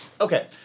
Okay